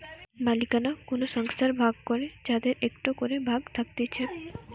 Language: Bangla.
মালিকানা কোন সংস্থার ভাগ করে যাদের একটো করে ভাগ থাকতিছে